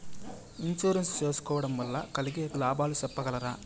Insurance సేసుకోవడం వల్ల కలిగే లాభాలు సెప్పగలరా?